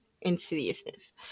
insidiousness